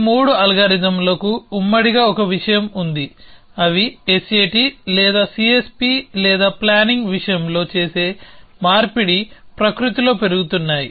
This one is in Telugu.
ఈ మూడు అల్గారిథమ్లకు ఉమ్మడిగా ఒక విషయం ఉంది అవి SAT లేదా CSP లేదా ప్లానింగ్ విషయంలో చేసే మార్పిడి ప్రకృతిలో పెరుగుతున్నాయి